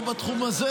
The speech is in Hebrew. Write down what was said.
לא בתחום הזה,